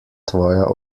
tvoja